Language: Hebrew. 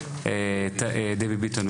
דבי ביטון,